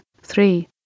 three